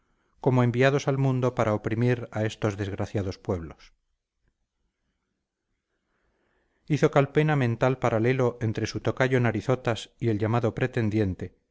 como enviados al mundo para oprimir a estos desgraciados pueblos hizo calpena mental paralelo entre su tocayo narizotas y el llamado pretendiente